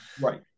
Right